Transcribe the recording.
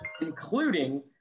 including